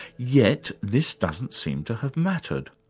yet this doesn't seem to have mattered.